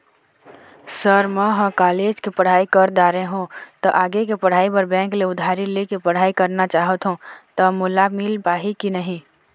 Sir म ह college के पढ़ाई कर दारें हों ता आगे के पढ़ाई बर बैंक ले उधारी ले के पढ़ाई करना चाहत हों ता मोला मील पाही की नहीं?